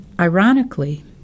Ironically